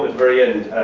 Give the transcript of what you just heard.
very end.